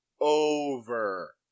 over